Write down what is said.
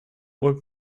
would